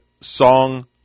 Song